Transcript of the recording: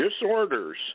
disorders